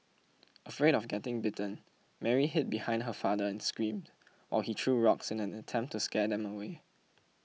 afraid of getting bitten Mary hid behind her father and screamed while he threw rocks in an attempt to scare them away